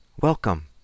Welcome